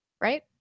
right